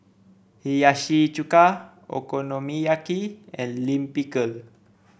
Hiyashi Chuka Okonomiyaki and Lime Pickle